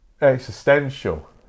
existential